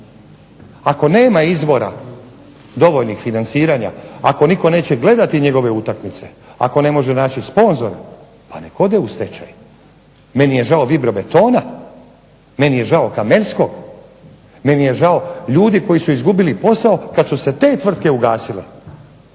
Ako nema izvora dovoljnih financiranja, ako nitko neće gledati njegove utakmice, ako ne može naći sponzore pa nek ode u stečaj. Meni je žao Vibrobetona, meni je žao Kamenskog, meni je žao ljudi koji su izgubili posao kad su se te tvrtke ugasile,